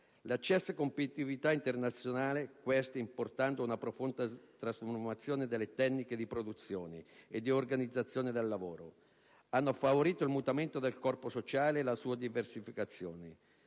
l'accesa competitività internazionale: queste, importando una profonda trasformazione delle tecniche di produzione e di organizzazione del lavoro, hanno favorito il mutamento del corpo sociale e la sua diversificazione,